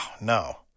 no